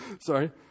Sorry